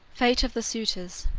fate of the suitors